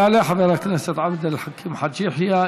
יעלה חבר הכנסת עבד אל חכים חאג' יחיא,